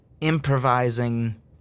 improvising